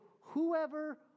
whoever